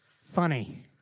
Funny